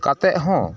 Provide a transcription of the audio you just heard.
ᱠᱟᱛᱮᱫ ᱦᱚᱸ